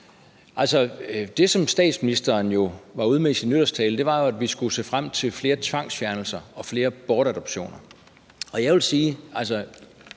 Altså, det, som statsministeren var ude med i sin nytårstale, var jo, at vi skulle se frem til flere tvangsfjernelser og flere bortadoptioner, og jeg vil sige, at